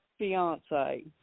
fiance